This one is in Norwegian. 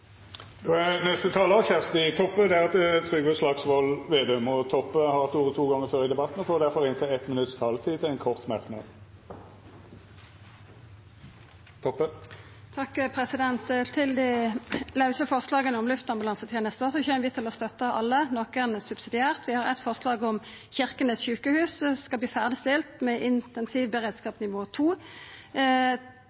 Kjersti Toppe har hatt ordet to gonger tidlegare og får ordet til ein kort merknad, avgrensa til 1 minutt. Til dei såkalla lause forslaga om luftambulansetenesta: Vi kjem til å støtta alle, nokre subsidiært. Vi har eit forslag om at Kirkenes sjukehus skal verta ferdigstilt, med